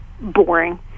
boring